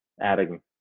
adding